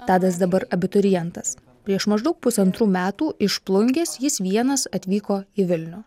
tadas dabar abiturientas prieš maždaug pusantrų metų iš plungės jis vienas atvyko į vilnių